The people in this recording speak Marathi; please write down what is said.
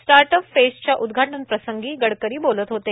स्टार्ट अप फेस्ट च्या उद्घाटनाप्रसंगी गडकरी बोलत होते